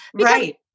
Right